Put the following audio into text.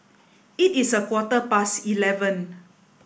it is a quarter past eleven